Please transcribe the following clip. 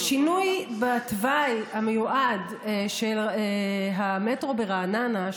השינוי בתוואי המיועד של המטרו ברעננה,